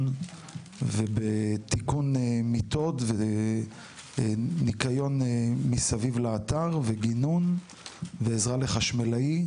ובתיקון מיטות וניקיון מסביב לאתר ועזרה לחשמלאי